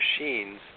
machines